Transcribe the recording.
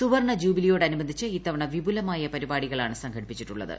സുവർണ്ണ ജൂബിലിയോടനുബന്ധിച്ച് ഇത്തവണ വിപുലമായ പരിപാടികളാണ് സംഘടിപ്പിച്ചിട്ടുള്ളത്